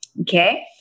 okay